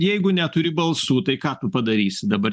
jeigu neturi balsų tai ką tu padarysi dabar